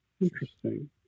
Interesting